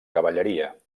cavalleria